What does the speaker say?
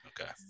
Okay